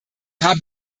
haben